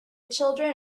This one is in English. children